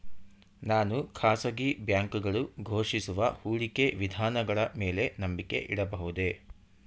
ನಾನು ಖಾಸಗಿ ಬ್ಯಾಂಕುಗಳು ಘೋಷಿಸುವ ಹೂಡಿಕೆ ವಿಧಾನಗಳ ಮೇಲೆ ನಂಬಿಕೆ ಇಡಬಹುದೇ?